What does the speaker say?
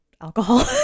alcohol